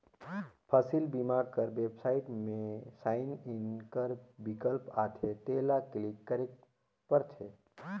फसिल बीमा कर बेबसाइट में साइन इन कर बिकल्प आथे तेला क्लिक करेक परथे